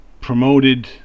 promoted